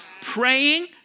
Praying